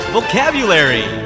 Vocabulary